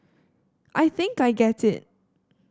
I think I get it